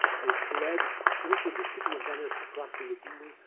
they fled into the city of venice across a lagoon,